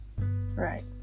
Right